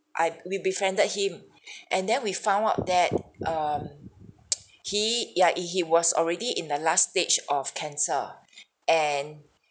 I we befriended him and then we found out that um he ya i~ he was already in the last stage of cancer and